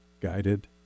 guided